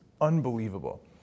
unbelievable